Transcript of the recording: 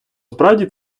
справді